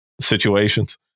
situations